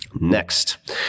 Next